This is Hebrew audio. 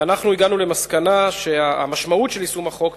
והגענו למסקנה שהמשמעות של יישום החוק,